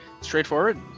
Straightforward